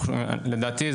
לדעתי,